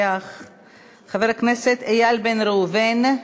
חבר הכנסת איל בן ראובן,